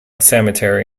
cemetery